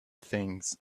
things